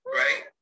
right